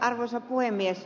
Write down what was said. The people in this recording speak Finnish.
arvoisa puhemies